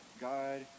God